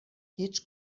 هیچ